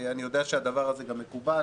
אני יודע שהדבר הזה גם מקובל,